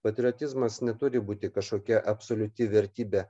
patriotizmas neturi būti kažkokia absoliuti vertybė